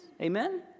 amen